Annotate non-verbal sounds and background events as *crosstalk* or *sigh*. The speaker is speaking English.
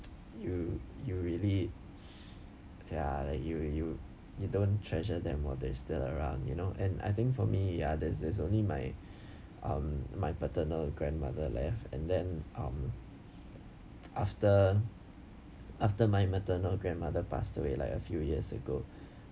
you you really ya like you you you don't treasure them while they still around is still around you know and I think for me the others there's only my um my paternal grandmother left and then um *breath* after after my maternal grandmother passed away like a few years ago